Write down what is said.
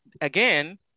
again